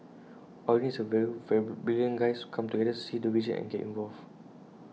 all you need is A few brilliant guys come together see the vision and get involved